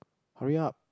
hurry up